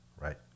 right